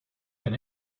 even